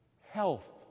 health